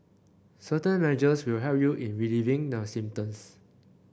certain measures will help you in relieving the symptoms